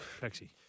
taxi